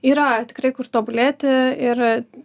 yra tikrai kur tobulėti ir